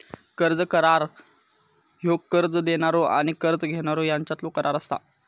कर्ज करार ह्यो कर्ज देणारो आणि कर्ज घेणारो ह्यांच्यातलो करार असता